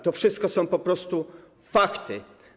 To wszystko są po prostu fakty.